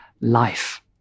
life